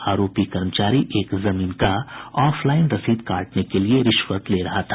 आरोपी कर्मचारी एक जमीन का ऑफलाईन रसीद काटने के लिये रिश्वत ले रहा था